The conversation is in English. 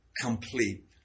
complete